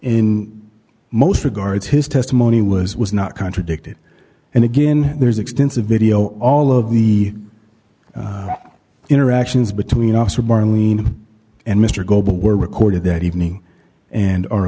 in most regards his testimony was was not contradicted and again there's extensive video all of the interactions between officer marlene and mr goble were recorded that evening and are